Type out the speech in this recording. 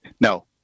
No